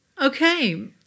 Okay